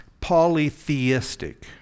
polytheistic